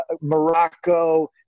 Morocco